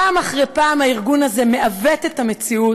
פעם אחר פעם הארגון הזה מעוות את המציאות,